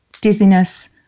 dizziness